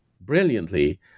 brilliantly